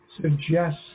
suggest